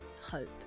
hope